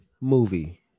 movie